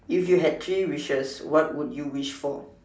if you had three wishes what would you wish for